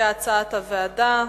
כהצעת הוועדה.